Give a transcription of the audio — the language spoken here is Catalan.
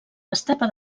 estepa